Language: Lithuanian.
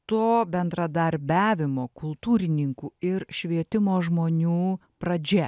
to bendradarbiavimo kultūrininkų ir švietimo žmonių pradžia